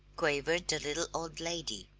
quavered the little old lady.